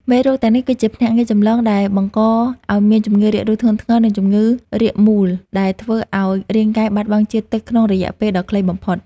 មេរោគទាំងនេះគឺជាភ្នាក់ងារចម្បងដែលបង្កឱ្យមានជំងឺរាគរូសធ្ងន់ធ្ងរ និងជំងឺរាគមួល ដែលនាំឱ្យរាងកាយបាត់បង់ជាតិទឹកក្នុងរយៈពេលដ៏ខ្លីបំផុត។